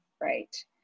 right